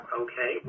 okay